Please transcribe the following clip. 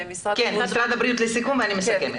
משרד הבריאות לסיכום ואני מסכמת.